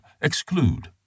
Exclude